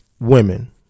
women